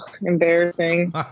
Embarrassing